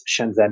Shenzhen